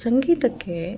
ಸಂಗೀತಕ್ಕೆ